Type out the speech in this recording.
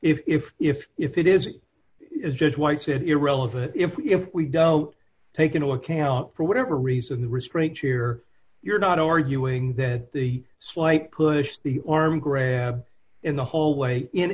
if if if if it is it is just white said irrelevant if if we don't take into account for whatever reason the restraints here you're not arguing that the slight push the arm grabbed in the hallway in